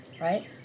right